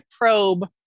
probe